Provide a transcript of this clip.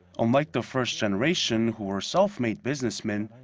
unlike the first generation, who were self-made businessmen.